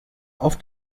auf